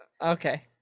Okay